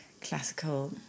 classical